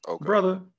brother